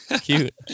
cute